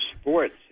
sports